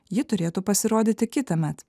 ji turėtų pasirodyti kitąmet